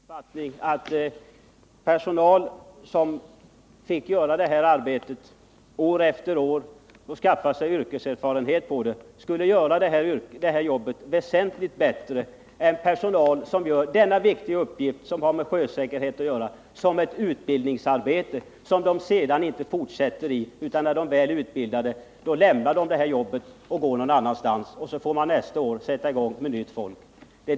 Herr talman! Min uppfattning är att om samma personal fick utföra detta arbete år efter år och skaffa sig yrkeserfarenhet, skulle den utföra arbetet väsentligt bättre än den personal som nu fyller denna viktiga uppgift för sjösäkerheten. Det är nu fråga om utbildning, och när personalen väl är utbildad lämnar den detta jobb. Så får man nästa år sätta i gång med nytt folk.